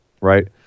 right